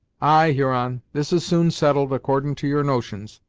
ay, huron this is soon settled, accordin' to your notions,